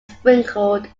sprinkled